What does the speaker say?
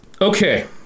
Okay